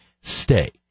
stay